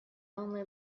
only